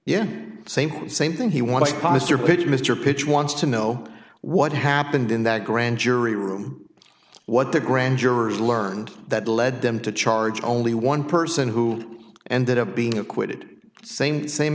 yeah same same thing he want to foster put in mr pitch wants to know what happened in that grand jury room what the grand jurors learned that led them to charge only one person who ended up being acquitted same